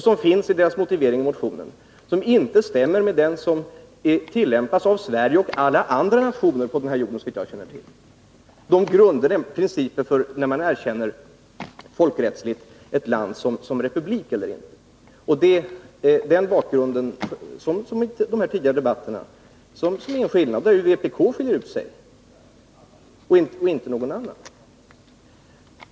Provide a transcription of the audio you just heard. Den finns uttryckt i motiveringen till motionen, men den stämmer inte med den syn som tillämpas av Sverige och alla andra nationer i världen, såvitt jag känner till, nämligen den som utgår från normala grunder och principer för att folkrättsligt erkänna eller inte erkänna ett land som självständig republik. Det är mot den bakgrunden, nu liksom i de tidigare debatterna, som vpk skiljer ut sig från alla andra.